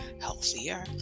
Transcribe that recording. healthier